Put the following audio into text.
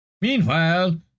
Meanwhile